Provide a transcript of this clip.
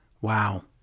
Wow